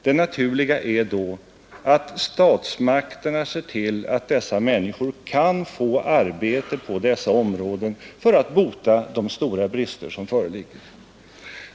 Det naturliga är då att statsmakterna ser till att dessa människor kan få arbete på dessa områden för att avhjälpa de stora brister som föreligger.